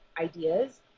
ideas